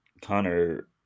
Connor